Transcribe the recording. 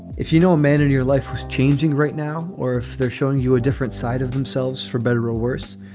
if you know a man in your life was changing right now or if they're showing you a different side of themselves themselves for better or worse,